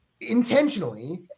intentionally